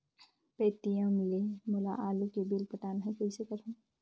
Paytm ले मोला आलू के बिल पटाना हे, कइसे करहुँ?